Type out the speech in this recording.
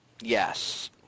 Yes